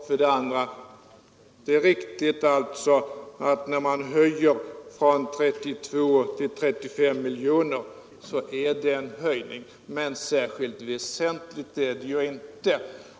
För det andra: Det är riktigt att när man höjer från 32 till 35 miljoner, så är det en höjning, men särskilt väsentlig är den inte.